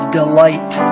delight